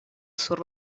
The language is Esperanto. sur